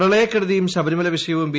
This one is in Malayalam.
പ്രളയക്കെടുതിയും ശബരിമല വിഷയവും ബി